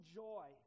joy